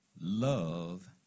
Love